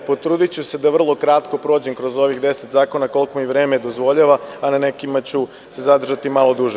Potrudiću se da vrlo kratko prođem kroz ovih deset zakona koliko im vreme dozvoljava, a na nekima ću se zadržati malo duže.